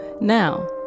Now